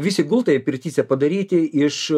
visi gultai pirtyse padaryti iš